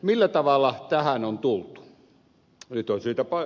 millä tavalla tähän on tultu